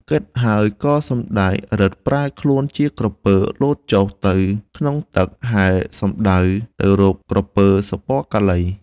គិតហើយក៏សំដែងឫទ្ធិប្រែខ្លួនជាក្រពើលោតចុះទៅក្នុងទឹក ហែល សំដៅទៅរកក្រពើ សុពណ៌កាឡី។